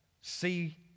see